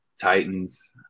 Titans